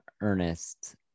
Ernest